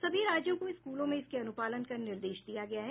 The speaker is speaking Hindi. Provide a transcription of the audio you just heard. सभी राज्यों को स्कूलों में इसके अनुपालन का निर्देश दिया गया है